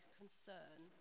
concern